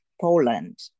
Poland